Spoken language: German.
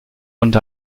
und